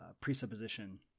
presupposition